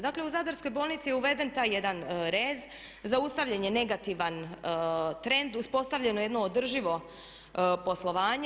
Dakle u Zadarskoj bolnici je uveden taj jedan rez, zaustavljen je negativan trend, uspostavljeno je jedno održivo poslovanje.